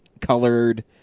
colored